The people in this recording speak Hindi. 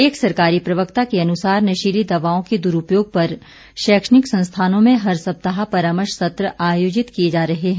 एक सरकारी प्रवक्ता के अनुसार नशीली दवाओं के दुरूपयोग पर शैक्षणिक संस्थानों में हर सप्ताह परामर्श सत्र आयोजित किए जा रहे हैं